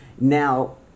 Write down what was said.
Now